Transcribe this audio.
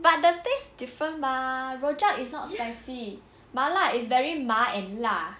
but the taste different mah rojak is not spicy 麻辣 is very 麻 and 辣